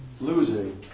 losing